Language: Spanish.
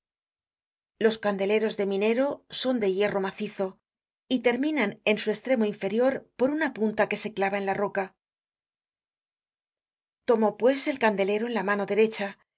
los candeleras de minero son de hierro macizo y terminan en su estremo inferior por una punta que se clava en la roca content from google book search generated at tomó pues el candelero en la mano derecha y